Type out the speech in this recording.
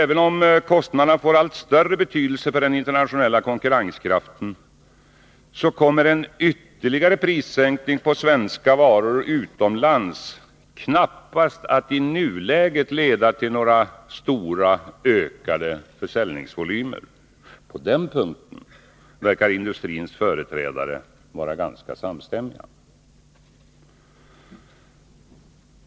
Även om kostnaderna får allt större betydelse för den internationella konkurrenskraften, kommer en ytterligare prissänkning på svenska varor utomlands knappast att i nuläget leda till några stora ökade försäljningsvolymer. På den punkten verkar industrins företrädare vara ganska samstämda.